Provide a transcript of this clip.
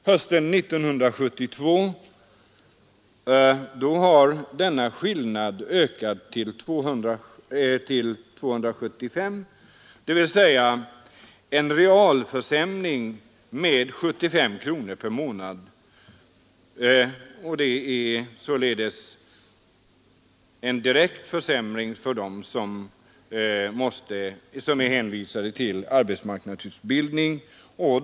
Hösten 1972 hade denna skillnad ökat till 275 kronor, således en realförsämring med 75 kronor per månad för den som genomgår arbetsmarknadsutbildning.